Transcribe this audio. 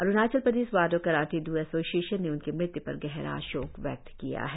Arunachal Pradesh Wado karate do association ने उनकी मृत्यु पर गहरा शोक व्यक्त किया है